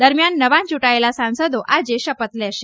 દરમિયાન નવા ચૂંટાયેલા સાંસદો આજે શપથ લેશે